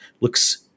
looks